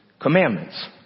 commandments